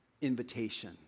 invitation